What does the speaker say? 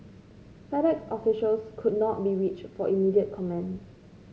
Fed Ex officials could not be reached for immediate comment